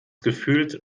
gefühlt